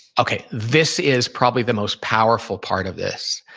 okay. this is probably the most powerful part of this.